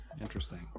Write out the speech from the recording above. Interesting